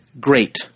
great